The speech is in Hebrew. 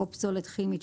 או פסולת כימית,